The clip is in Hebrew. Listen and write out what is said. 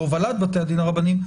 בהובלת בתי הדין הרבניים.